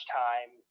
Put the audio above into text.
time